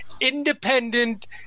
independent